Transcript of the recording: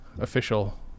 official